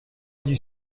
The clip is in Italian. gli